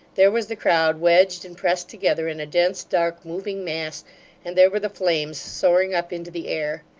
there was the crowd wedged and pressed together in a dense, dark, moving mass and there were the flames soaring up into the air.